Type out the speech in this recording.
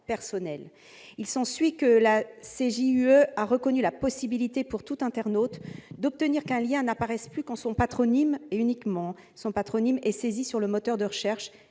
personnel. Il s'ensuit que la CJUE a reconnu la possibilité pour tout internaute d'obtenir qu'un lien n'apparaisse plus quand son patronyme, et uniquement son patronyme, est saisi sur le moteur de recherche.